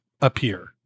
appear